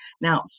now